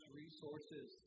resources